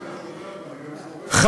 שומע,